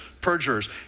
perjurers